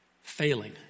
Failing